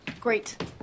Great